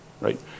right